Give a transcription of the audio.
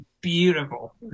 beautiful